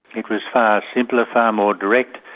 it was far simpler, far more direct,